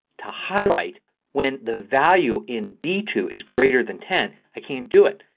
to highlight when the value in b two is greater than ten i can't do it.